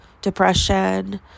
depression